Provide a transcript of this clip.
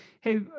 Hey